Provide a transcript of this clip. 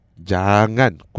Jangan